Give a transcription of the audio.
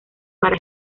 para